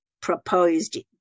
proposed